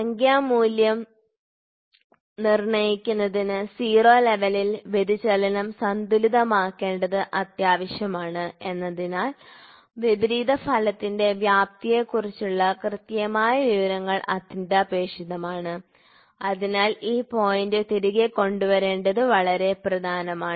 സംഖ്യാ മൂല്യം നിർണ്ണയിക്കുന്നതിന് 0 ലെവലിൽ വ്യതിചലനം സന്തുലിതമാക്കേണ്ടത് ആവശ്യമാണ് എന്നതിനാൽ വിപരീത ഫലത്തിന്റെ വ്യാപ്തിയെക്കുറിച്ചുള്ള കൃത്യമായ വിവരങ്ങൾ അത്യന്താപേക്ഷിതമാണ് അതിനാൽ ഈ പോയിന്റ് തിരികെ കൊണ്ടുവരേണ്ടത് വളരെ പ്രധാനമാണ്